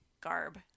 garb